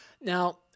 Now